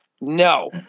No